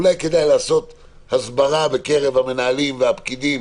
אולי כדאי לעשות הסברה בקרב המנהלים והפקידים